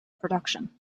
production